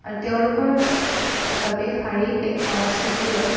আৰু তেওঁলোকৰ বাবে শাড়ী এক সংস্কৃতিৰ দৰে